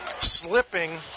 slipping